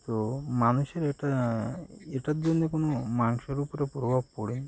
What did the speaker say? তো মানুষের এটা এটার জন্যে কোনো মাংসর উপরে প্রভাব পড়েনি